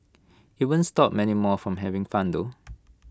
IT won't stop many more from having fun though